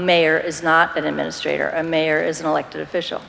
mayor is not an administrator and mayor is an elected official